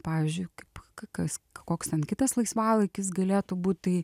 pavyzdžiui kaip k kas koks ten kitas laisvalaikis galėtų būt tai